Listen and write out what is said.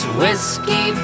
whiskey